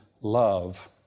love